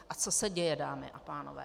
A co se děje, dámy a pánové?